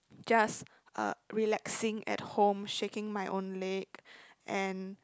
just uh relaxing at home shaking my own leg and